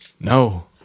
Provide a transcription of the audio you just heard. no